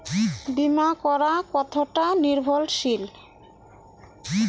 বীমা করা কতোটা নির্ভরশীল?